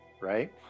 right